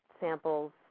samples